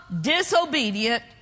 disobedient